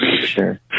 sure